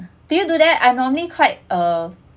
do you do that I normally quite uh